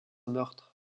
meurtre